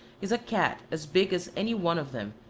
is a cat as big as any one of them,